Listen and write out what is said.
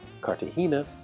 Cartagena